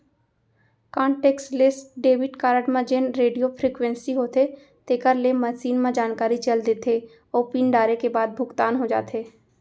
contactless debit card म जेन radio frequency होथे तेकर ले मसीन म जानकारी चल देथे अउ पिन डारे के बाद भुगतान हो जाथे